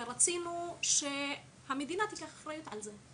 ורצינו שהמדינה תיקח אחריות על זה,